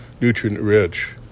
nutrient-rich